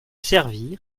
servir